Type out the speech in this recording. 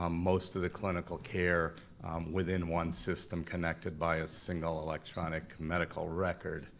um most of the clinical care within one system connected by a single electronic medical record.